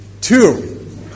Two